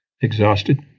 Exhausted